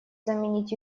заменить